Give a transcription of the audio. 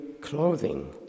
clothing